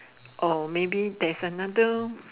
or maybe theres another